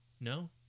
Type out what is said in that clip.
No